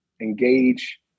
engage